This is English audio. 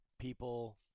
people